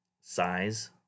Size